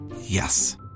Yes